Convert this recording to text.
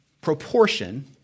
proportion